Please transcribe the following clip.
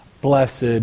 blessed